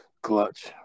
Clutch